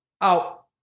out